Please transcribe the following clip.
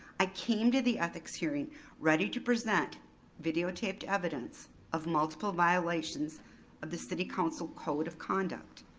i came to the ethics hearing ready to present videotaped evidence of multiple violations of the city council code of conduct.